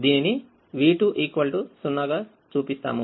దీనిని v20 గా చూపిస్తాము